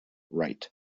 write